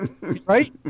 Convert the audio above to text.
Right